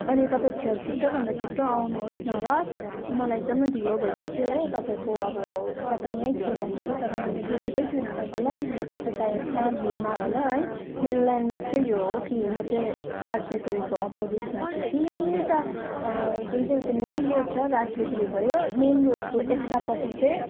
अनि तपाईँ छिटोभन्दा छिटो आउनुहोस् न ल मलाई एकदमै ढिलो भइसक्यो हो तपाईँको अब तपाईँ यहीँ छु भन्दैछ तर मैले देखेकै छुइनँ तपाईँलाई तपाईँ सायद कहाँ भिडमा होला है मेरो ल्यान्ड मार्क चाहिँ यो हो कि म चाहिँ राज बेकरीको अपोजिटमा छु सिधा जुन चाहिँ त्यो मेन रोड छ राज बेकरी भयो मेन रोडको यतापट्टि चाहिँ